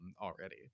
already